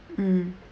mm